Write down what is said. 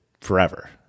forever